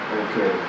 okay